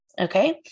okay